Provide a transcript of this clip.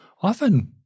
Often